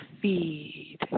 feed